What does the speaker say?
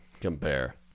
compare